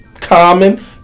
common